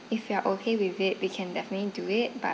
if you are okay with it we can definitely do it but